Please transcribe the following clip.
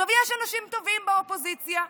יש אנשים טובים באופוזיציה.